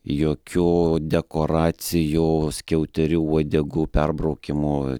jokių dekoracijų skiauterių uodegų perbraukimų